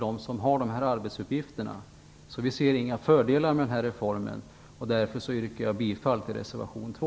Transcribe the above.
Vi ser alltså inte några fördelar med den här reformen, och därför yrkar jag bifall till reservation 2.